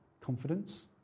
confidence